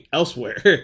elsewhere